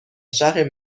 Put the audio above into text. شهر